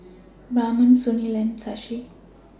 Raman Sunil and Shashi